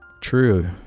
True